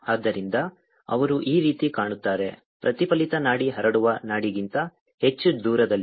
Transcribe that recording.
ಆದ್ದರಿಂದ ಅವರು ಈ ರೀತಿ ಕಾಣುತ್ತಾರೆ ಪ್ರತಿಫಲಿತ ನಾಡಿ ಹರಡುವ ನಾಡಿಗಿಂತ ಹೆಚ್ಚು ದೂರದಲ್ಲಿದೆ